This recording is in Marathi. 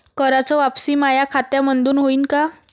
कराच वापसी माया खात्यामंधून होईन का?